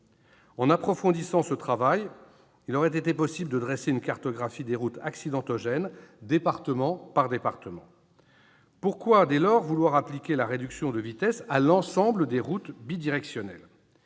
En approfondissant ce travail, il aurait été possible de dresser une cartographie des routes accidentogènes département par département. Pourquoi, dès lors, vouloir appliquer la réduction de vitesse à l'ensemble des routes bidirectionnelles ?